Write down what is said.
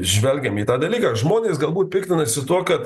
žvelgiam į tą dalyką žmonės galbūt piktinasi tuo kad